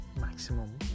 maximum